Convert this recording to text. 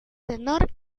tenor